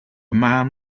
man